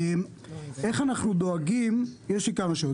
יש לי כמה שאלות.